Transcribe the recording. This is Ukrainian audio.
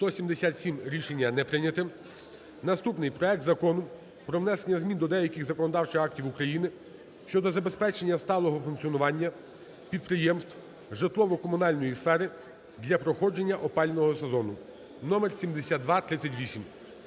За-177 Рішення не прийняте. Наступний. Проект Закону про внесення змін до деяких законодавчих актів України щодо забезпечення сталого функціонування підприємств житлово-комунальної сфери для проходження опалювального сезону (номер 7238).